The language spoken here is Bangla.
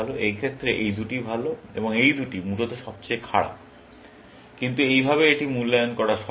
এই ক্ষেত্রে এই দুটি ভাল এবং এই দুটি মূলত সবচেয়ে খারাপ কিন্তু এইভাবে এটি মূল্যায়ন করা সহজ